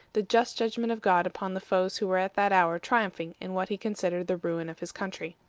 the just judgment of god upon the foes who were at that hour triumphing in what he considered the ruin of his country.